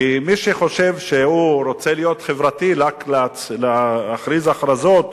כי מי שחושב שהוא רוצה להיות חברתי ורק להכריז הכרזות,